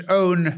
own